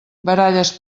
baralles